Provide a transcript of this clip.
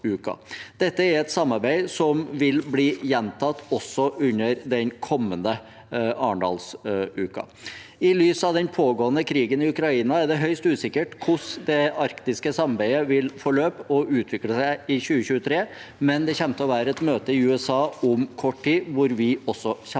Dette er et samarbeid som vil bli gjentatt under den kommende Arendalsuka. I lys av den pågående krigen i Ukraina er det høyst usikkert hvordan det arktiske samarbeidet vil forløpe og utvikle seg i 2023, men det vil om kort tid være et møte i USA hvor vi kommer til å delta.